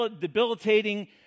debilitating